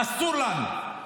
אסור לנו.